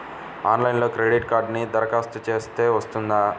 ఆన్లైన్లో క్రెడిట్ కార్డ్కి దరఖాస్తు చేస్తే వస్తుందా?